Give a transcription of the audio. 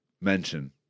mention